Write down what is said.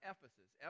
Ephesus